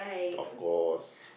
of course